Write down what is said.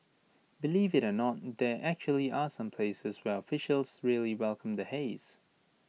believe IT or not there actually are some places where officials really welcome the haze